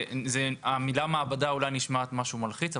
המילה מעבדה אולי נשמעת משהו מלחיץ,